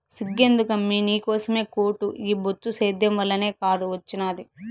సిగ్గెందుకమ్మీ నీకోసమే కోటు ఈ బొచ్చు సేద్యం వల్లనే కాదూ ఒచ్చినాది